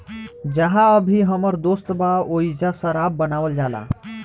जाहा अभी हमर दोस्त बा ओइजा शराब बनावल जाला